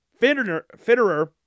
Fitterer